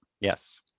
Yes